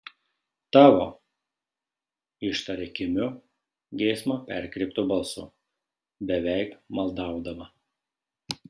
tavo ištaria kimiu geismo perkreiptu balsu beveik maldaudama